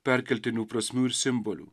perkeltinių prasmių ir simbolių